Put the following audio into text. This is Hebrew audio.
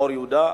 באור-יהודה,